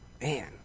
man